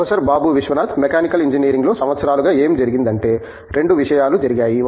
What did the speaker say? professor Babu Viswanath mechanical engineering లో సంవత్సరాలుగా ఏమి జరిగిందంటే 2 విషయాలు జరిగాయి